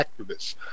activists